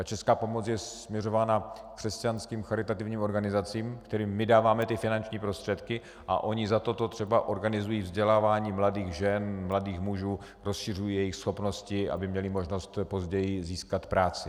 Česká pomoc je směřována křesťanským charitativním organizacím, kterým my dáváme finanční prostředky, a ony za toto třeba organizují vzdělávání mladých žen, mladých mužů, rozšiřují jejich schopnosti, aby měli možnost později získat práci.